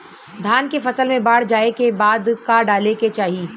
धान के फ़सल मे बाढ़ जाऐं के बाद का डाले के चाही?